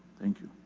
thank you.